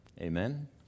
Amen